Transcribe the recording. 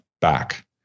Back